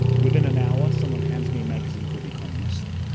within an hour, someone hands me a magazine called the economist,